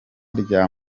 rya